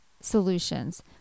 solutions